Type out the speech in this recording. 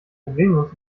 problemlos